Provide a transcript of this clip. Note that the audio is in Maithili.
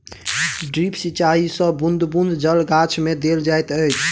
ड्रिप सिचाई मे बूँद बूँद जल गाछ मे देल जाइत अछि